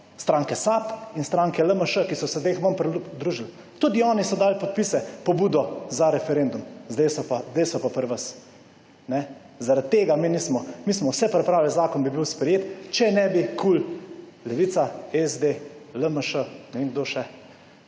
stranke SAB in stranke LMŠ, ki so se zdaj k vam pridružili. Tudi oni so dali podpise pobudo za referendum. Zdaj so pa pri vas. Zaradi tega mi nismo. Mi smo vse pripravili, zakon bi bil sprejet, če ne bi KUL - Levica, SD, LMŠ, ne vem kdo še,